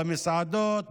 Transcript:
במסעדות,